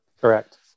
correct